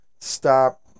stop